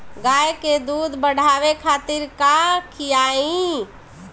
गाय के दूध बढ़ावे खातिर का खियायिं?